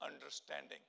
understanding